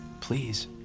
Please